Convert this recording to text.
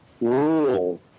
rule